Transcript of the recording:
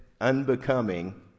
unbecoming